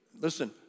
listen